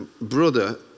brother